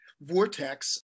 vortex